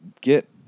Get